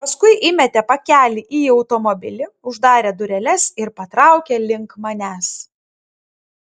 paskui įmetė pakelį į automobilį uždarė dureles ir patraukė link manęs